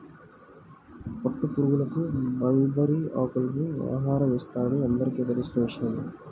పట్టుపురుగులకు మల్బరీ ఆకులను ఆహారం ఇస్తారని అందరికీ తెలిసిన విషయమే